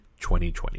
2020